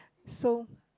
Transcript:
so